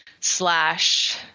slash